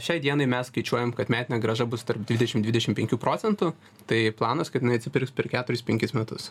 šiai dienai mes skaičiuojam kad metinė grąža bus tarp dvidešim dvidešim penkių procentų tai planas kad jinai atsipirks per keturis penkis metus